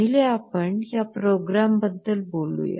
पहिले आपण ह्या प्रयोगाबद्दल बोलूया